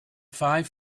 five